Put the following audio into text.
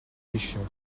pêchions